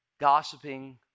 gossiping